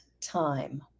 time